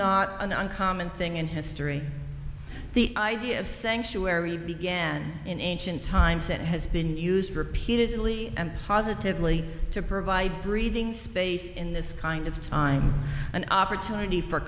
an uncommon thing in history the idea of sanctuary began in ancient times and has been used repeatedly and positively to provide breathing space in this kind of time an opportunity for